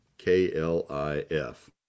K-L-I-F